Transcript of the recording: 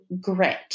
grit